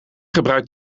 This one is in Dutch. gebruik